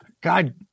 God